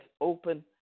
open